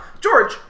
George